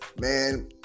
man